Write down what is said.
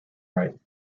right